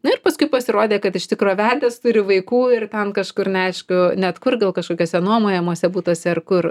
nu ir paskui pasirodė kad iš tikro vedęs turi vaikų ir ten kažkur neaišku net kur gal kažkokiuose nuomojamuose butuose ar kur